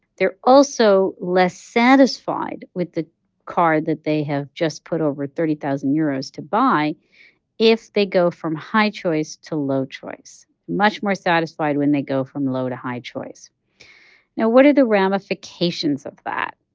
they're also less satisfied with the car that they have just put over thirty thousand euros to buy if they go from high choice to low choice much more satisfied when they go from low to high choice now what are the ramifications of that?